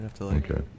Okay